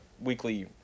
weekly